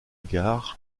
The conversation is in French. gard